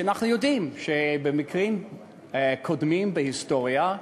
ואנחנו יודעים שבמקרים קודמים בהיסטוריה,